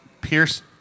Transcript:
Pierce